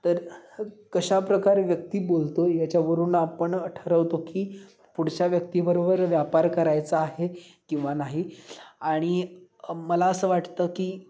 तर कशा प्रकारे व्यक्ती बोलतो याच्यावरून आपण ठरवतो की पुढच्या व्यक्तीबरोबर व्यापार करायचा आहे किंवा नाही आणि मला असं वाटतं की